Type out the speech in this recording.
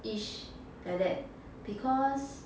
ish like that because